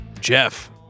Jeff